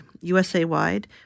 USA-wide